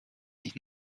nicht